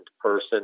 person